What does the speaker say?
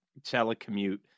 telecommute